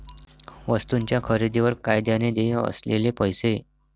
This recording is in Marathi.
वस्तूंच्या खरेदीवर कायद्याने देय असलेले पैसे